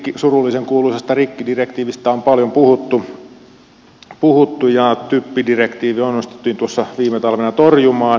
surullisenkuuluisasta rikkidirektiivistä on paljon puhuttu ja typpidirektiivi onnistuttiin tuossa viime talvena torjumaan